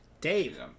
dave